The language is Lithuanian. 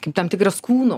kaip tam tikras kūno